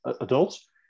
adults